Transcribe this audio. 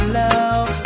love